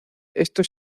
esto